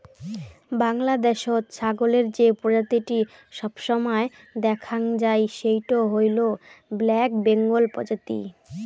বাংলাদ্যাশত ছাগলের যে প্রজাতিটি সবসময় দ্যাখাং যাই সেইটো হইল ব্ল্যাক বেঙ্গল প্রজাতি